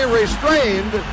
restrained